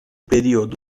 periodo